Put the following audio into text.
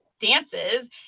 dances